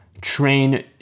train